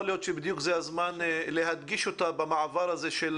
יכול להיות שזה בדיוק הזמן להדגיש אותה במעבר הזה של